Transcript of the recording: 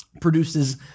produces